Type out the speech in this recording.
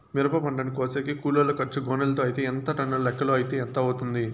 మిరప పంటను కోసేకి కూలోల్ల ఖర్చు గోనెలతో అయితే ఎంత టన్నుల లెక్కలో అయితే ఎంత అవుతుంది?